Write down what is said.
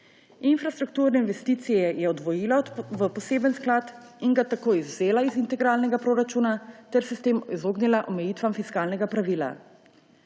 Infrastrukturne investicije je oddvojila v poseben sklad in ga tako izvzela iz integralnega proračuna ter se s tem izognila omejitvam fiskalnega pravila.